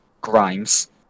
Grimes